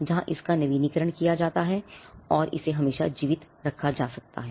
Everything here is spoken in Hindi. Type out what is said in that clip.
जहां इसका नवीनीकरण किया जा सकता है इसे हमेशा जीवित रखा जा सकता है